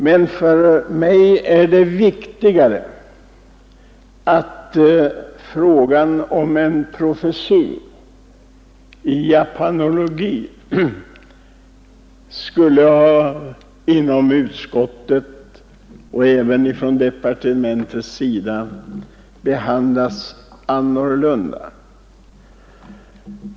Men för mig är det viktigare att frågan om en professur i japanologi skulle ha inom utskottet och även ifrån departementets sida behandlats annorlunda.